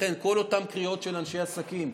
לכן, כל אותן קריאות של אנשי עסקים: